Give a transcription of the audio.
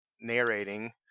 narrating